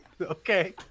okay